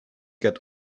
get